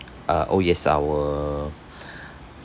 uh oh yes our